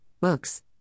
books